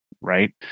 Right